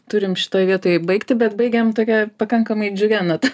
turim šitoj vietoj baigti bet baigiam tokia pakankamai džiugia nata